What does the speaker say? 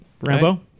Rambo